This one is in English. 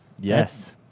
Yes